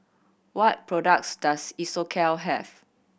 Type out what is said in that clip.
what products does Isocal have